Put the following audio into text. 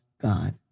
God